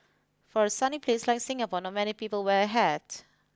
for a sunny place like Singapore not many people wear a hat